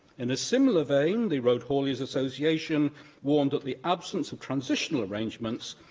in a similar vein, the road haulage association warned that the absence of transitional arrangements,